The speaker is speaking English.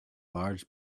large